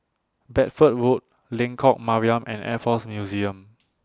Bedford Road Lengkok Mariam and Air Force Museum